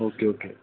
okay okay